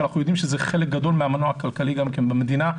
שאנחנו יודעים שזה חלק גדול מהמנוע הכלכלי גם כן במדינה.